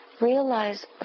realize